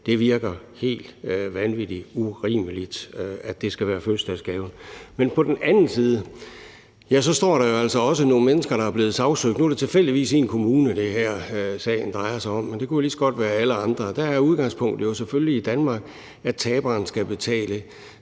Det virker helt vanvittig urimeligt, at det skal være en fødselsdagsgave. Men på den anden side står der altså også nogle mennesker, der er blevet sagsøgt. Nu er det tilfældigvis min kommune, sagen drejer sig om, men det kunne lige så godt være alle andre. Og der er udgangspunktet selvfølgelig i Danmark, at taberen skal betale